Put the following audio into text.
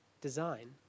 design